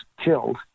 killed